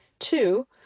Two